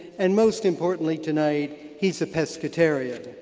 and most importantly tonight he is a pescatarian.